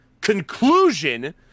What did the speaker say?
conclusion